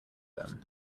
them